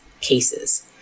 cases